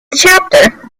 chapter